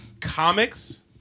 comics